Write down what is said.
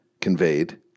conveyed